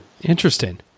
Interesting